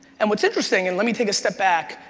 and what's interesting, and let me take a step back,